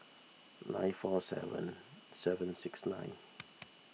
nine four seven seven six nine